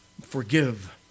forgive